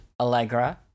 Allegra